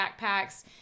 backpacks